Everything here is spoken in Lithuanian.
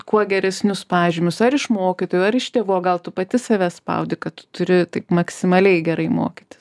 kuo geresnius pažymius ar iš mokytojų ar iš tėvų o gal tu pati save spaudi kad tu turi taip maksimaliai gerai mokytis